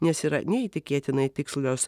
nes yra neįtikėtinai tikslios